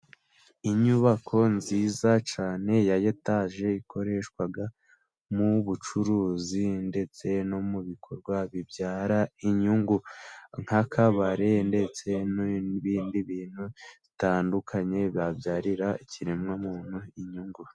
Inyubako nziza cyane ya etaje ikoreshwa mu bucuruzi ndetse no mu bikorwa bibyara inyungu, nk'akabari ndetse n'ibindi bintu bitandukanye bya byarira ikiremwa muntu inyungu.